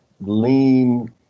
lean